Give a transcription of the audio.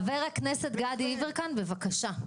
הבטחנו לחבר הכנסת גדי יברקן, בבקשה.